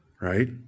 right